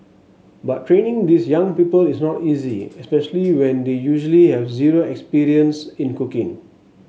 but training these young people is not easy especially when they usually have zero experience in cooking